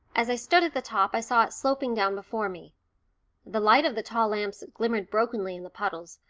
as i stood at the top i saw it sloping down before me the light of the tall lamps glimmered brokenly in the puddles,